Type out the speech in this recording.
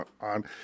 on